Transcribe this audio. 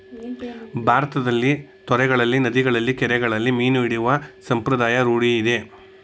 ಭಾರತದಲ್ಲಿ ತೊರೆಗಳಲ್ಲಿ, ನದಿಗಳಲ್ಲಿ, ಕೆರೆಗಳಲ್ಲಿ ಮೀನು ಹಿಡಿಯುವ ಸಂಪ್ರದಾಯ ರೂಢಿಯಿದೆ